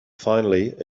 finally